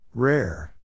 Rare